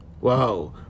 Wow